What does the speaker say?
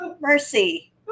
Mercy